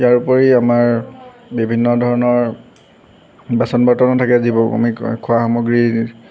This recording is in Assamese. ইয়াৰ উপৰি আমাৰ বিভিন্ন ধৰণৰ বাচন বৰ্তনো থাকে যিবোৰ আমি খোৱা সামগ্ৰী